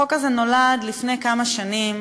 החוק הזה נולד לפני כמה שנים